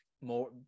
more